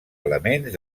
elements